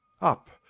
Up